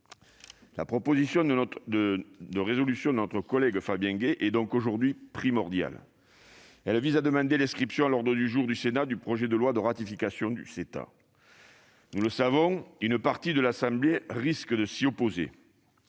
La proposition de résolution de notre collègue Fabien Gay que nous examinons aujourd'hui est primordiale : elle vise à demander l'inscription à l'ordre du jour du Sénat du projet de loi de ratification du CETA. Nous le savons, une partie de notre assemblée va s'y opposer.